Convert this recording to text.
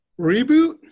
Reboot